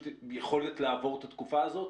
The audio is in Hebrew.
יכולת לעבור את התקופה הזאת?